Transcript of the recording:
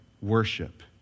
worship